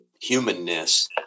humanness